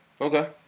Okay